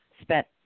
spent